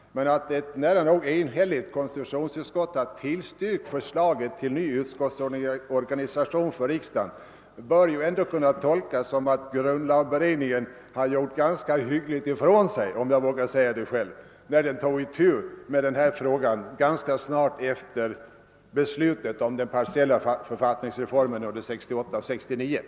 Att ett nära nog enhälligt konstitutionsutskott har tillstyrkt förslaget om ny utskottsorganisation för riksdagen bör ju kunna tolkas så att grundlagberedningen har gjort ett ganska hyggligt arbete — om jag får säga det själv — sedan beredningen tog itu med denna fråga ganska snart efter beslutet om den partiella författningsreformen 1968-—1969.